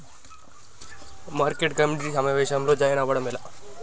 Market committee సమావేశంలో join అవ్వడం ఎలా?